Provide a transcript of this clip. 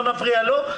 לא נפריע לו,